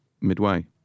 midway